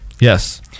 Yes